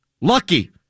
Lucky